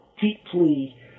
deeply